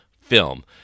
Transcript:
film